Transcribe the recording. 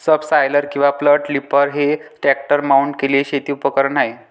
subsoiler किंवा flat lifter हे tractor mount केलेले शेती उपकरण आहे